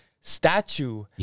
statue